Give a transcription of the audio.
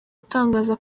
atangaza